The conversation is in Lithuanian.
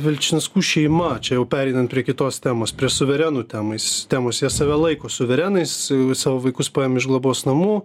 vilčinskų šeima čia jau pereinant prie kitos temos prie suverenų temai temos jie save laiko suverenais savo vaikus paėmė iš globos namų